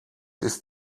ist